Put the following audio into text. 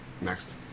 Next